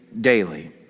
daily